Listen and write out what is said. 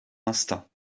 instincts